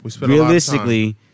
realistically-